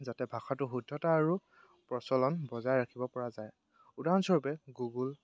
যাতে ভাষাটো শুদ্ধতা আৰু প্ৰচলন বজাই ৰাখিব পৰা যায় উদাহৰণস্বৰূপে গুগুল